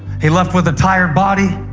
he left with a tired body.